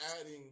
adding